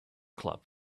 club